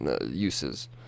uses